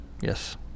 Yes